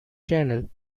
channel